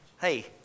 hey